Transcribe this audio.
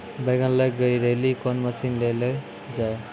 बैंगन लग गई रैली कौन मसीन ले लो जाए?